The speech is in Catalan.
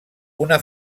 una